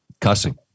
cussing